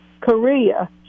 Korea